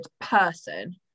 person